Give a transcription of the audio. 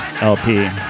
lp